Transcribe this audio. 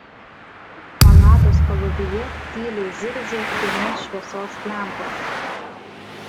palatos palubyje tyliai zirzė dienos šviesos lempos